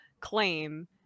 claim